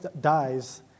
dies